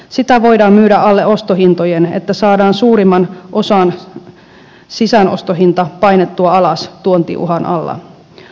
sitä voidaan myydä alle ostohintojen niin että saadaan suurimman osan sisäänostohinta painettua alas tuontiuhan alla